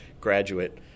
graduate